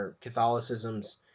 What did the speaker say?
catholicism's